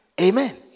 Amen